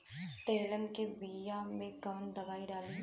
तेलहन के बिया मे कवन दवाई डलाई?